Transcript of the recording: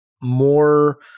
more